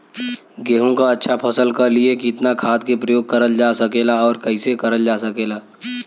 गेहूँक अच्छा फसल क लिए कितना खाद के प्रयोग करल जा सकेला और कैसे करल जा सकेला?